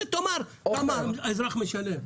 תאמר, כמה האזרח משלם.